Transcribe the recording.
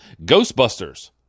Ghostbusters